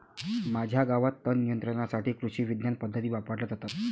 माझ्या गावात तणनियंत्रणासाठी कृषिविज्ञान पद्धती वापरल्या जातात